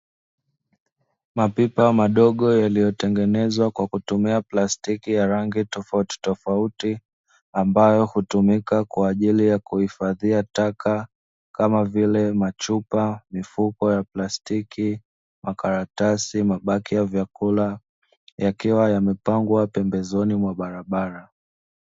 Mapipa madogo yaliyotengenezwa kwa kutumia plastiki ya rangi tofautitofauti, ambayo hutumika kwa ajili ya kuhifadhia taka, kama vile; machupa, mifuko ya plastiki, makaratasi, mabaki ya vyakula, yakiwa yamepangwa pembezoni mwa barabara.